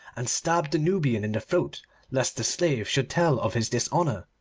and stabbed the nubian in the throat lest the slave should tell of his dishonour.